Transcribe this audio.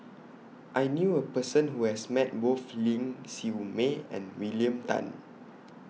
I knew A Person Who has Met Both Ling Siew May and William Tan